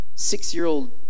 six-year-old